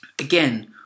again